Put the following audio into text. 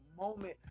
moment